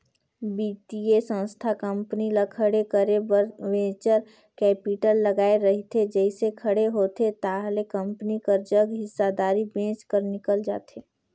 बित्तीय संस्था कंपनी ल खड़े करे बर वेंचर कैपिटल लगाए रहिथे जइसे खड़े होथे ताहले कंपनी कर जग हिस्सादारी बेंच कर निकल जाथे